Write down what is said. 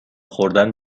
خوردن